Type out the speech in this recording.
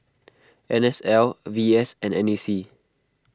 N S L V S and N A C